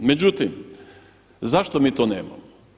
Međutim, zašto mi to nemamo?